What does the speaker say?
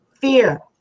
fear